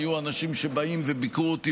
היו אנשים שבאו וביקרו אותי,